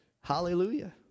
Hallelujah